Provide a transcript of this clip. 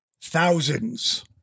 thousands